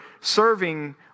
serving